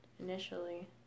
initially